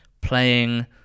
playing